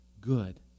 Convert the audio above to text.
good